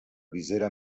visera